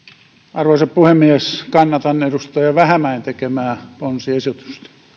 arvoisa puhemies kannatan edustaja vähämäen tekemää ponsiesitystä